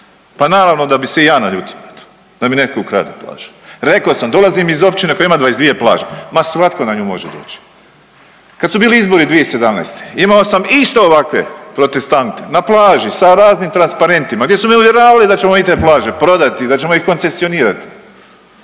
Pa naravno da bi se i ja naljutio na to da mi netko ukrade plažu. Rekao sam dolazi iz općine koja ima 22 plaže, ma svatko na nju može doći. Kad su bili izbori 2017. imao sam isto ovakve protestante na plaži sa raznim transparentima gdje su me uvjeravali da ćemo i te plaže prodati, da ćemo ih koncesionirati.